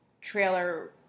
trailer